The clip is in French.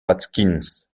watkins